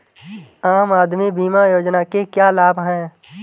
आम आदमी बीमा योजना के क्या लाभ हैं?